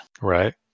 Right